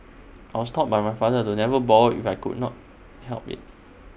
I was taught by my father to never borrow if I could not help IT